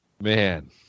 man